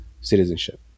citizenship